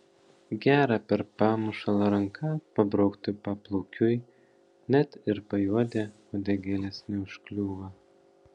gera per pamušalą ranka pabraukti paplaukiui net ir pajuodę uodegėlės neužkliūva